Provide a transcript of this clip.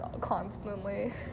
constantly